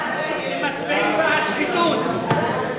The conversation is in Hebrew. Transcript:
מצביעים בעד שחיתות.